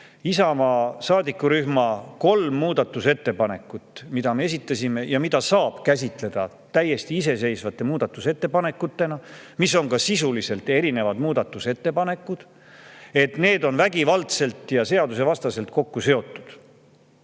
Isamaa saadikurühma kolm muudatusettepanekut, mis me esitasime, mida saab käsitleda täiesti iseseisvate muudatusettepanekutena – need on sisuliselt erinevad muudatusettepanekud –, on vägivaldselt ja seadusevastaselt kokku seotud.